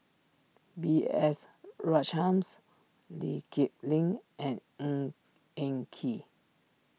B S Rajhans Lee Kip Lin and Ng Eng Kee